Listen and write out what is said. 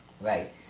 Right